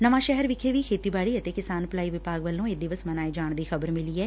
ਨਵਾਂ ਸ਼ਹਿਰ ਵਿਖੇ ਵੀ ਖੇਤੀਬਾੜੀ ਅਤੇ ਕਿਸਾਨ ਭਲਾਈ ਵਿਭਾਗ ਵੱਲੋਂ ਇਹ ਦਿਵਸ ਮਨਾਏ ਜਾਣ ਦੀ ਖ਼ਬਰ ਮਿਲੀ ਐ